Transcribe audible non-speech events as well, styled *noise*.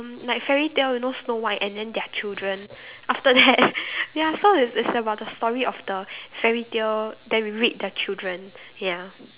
mm like fairy tale you know Snow White and then they're children after that *laughs* ya so it's it's about the story of the fairy tale then we read the children ya